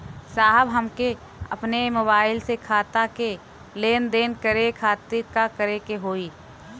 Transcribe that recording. साहब हमके अपने मोबाइल से खाता के लेनदेन करे खातिर का करे के होई?